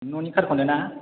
न'नि कारखौनो ना